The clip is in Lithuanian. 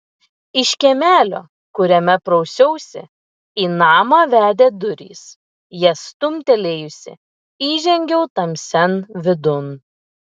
iš kiemelio kuriame prausiausi į namą vedė durys jas stumtelėjusi įžengiau tamsian vidun